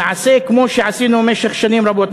נעשה כמו שעשינו במשך שנים רבות,